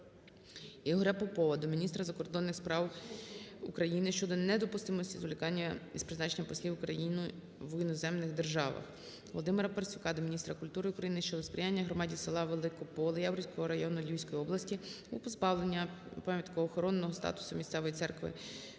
Ігоря Попова до міністра закордонних справ України щодо недопустимості зволікання з призначенням послів України в іноземних країнах. Володимира Парасюка до міністра культури України щодо сприяння громаді села Великополе Яворівського району Львівської області у позбавленні пам'ятко-охоронного статусу місцевої церкви